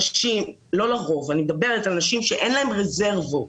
אני מדברת על נשים שאין להן רזרבות